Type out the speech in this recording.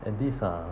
and this uh